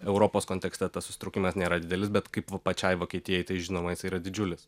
europos kontekste tas susitraukimas nėra didelis bet kaip pačiai vokietijai tai žinoma jisai yra didžiulis